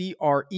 CRE